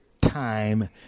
time